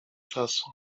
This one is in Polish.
czasu